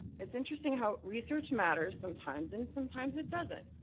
it's interesting how research matters sometimes and sometimes it doesn't.